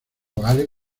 vale